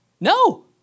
No